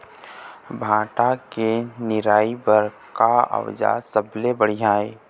भांटा के निराई बर का औजार सबले बढ़िया ये?